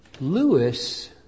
Lewis